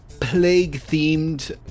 plague-themed